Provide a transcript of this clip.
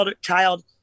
child